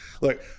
Look